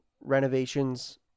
renovations